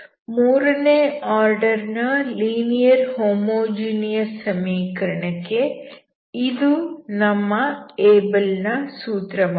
ಮೂರನೇ ಆರ್ಡರ್ ನ linear homogeneous ಸಮೀಕರಣ ಕ್ಕೆ ಇದು ನಿಮ್ಮ ಏಬಲ್ ನ ಸೂತ್ರವಾಗಿದೆ